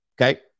Okay